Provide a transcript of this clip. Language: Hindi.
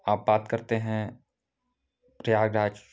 आप बात करते हैं प्रयागराज की